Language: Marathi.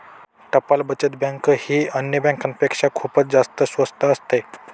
टपाल बचत बँक ही अन्य बँकांपेक्षा खूपच जास्त स्वस्त असते